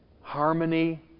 harmony